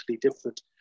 different